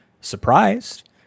surprised